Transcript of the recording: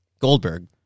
Goldberg